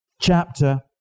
chapter